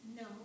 No